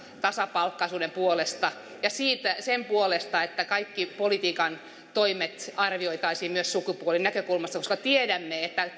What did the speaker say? tasapalkkaisuuden puolesta ja sen puolesta että kaikki politiikan toimet arvioitaisiin myös sukupuolinäkökulmasta koska tiedämme että